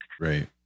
Right